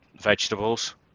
vegetables